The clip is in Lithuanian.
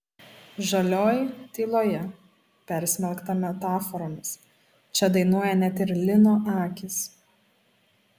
žalioj tyloje persmelkta metaforomis čia dainuoja net ir lino akys